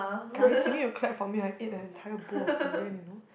guys you need to clap for me I eat an entire bowl of durian you know